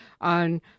on